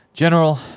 General